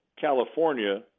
California